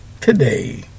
today